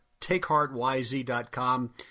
takeheartyz.com